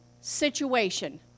situation